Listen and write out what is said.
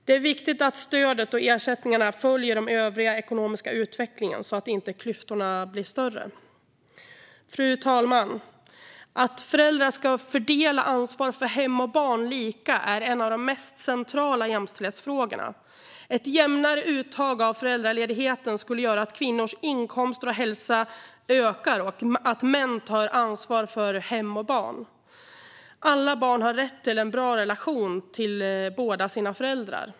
Det är viktigt att stöden och ersättningarna följer den övriga ekonomiska utvecklingen så att inte klyftorna blir större Fru talman! Att föräldrar ska fördela ansvar för hem och barn lika är en av de mest centrala jämställdhetsfrågorna. Ett jämnare uttag av föräldraledigheten skulle göra att kvinnors inkomster och hälsa ökar och att män tar ansvar för hem och barn. Alla barn har rätt till en bra relation till båda sina föräldrar.